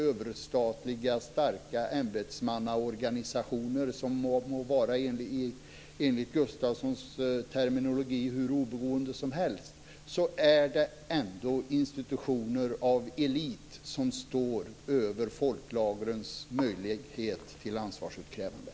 Överstatliga starka ämbetsmannaorganisationer - de må, med Gustafssons terminologi, vara hur oberoende som helst - är ändå institutioner bestående av en elit som står över folklagrens möjlighet till ansvarsutkrävande.